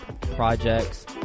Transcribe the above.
projects